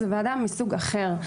זו ועדה מסוג אחר.